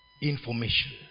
information